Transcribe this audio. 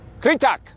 Kritak